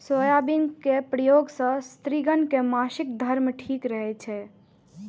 soybean के प्रयोग सं स्त्रिगण के मासिक धर्म ठीक रहै छै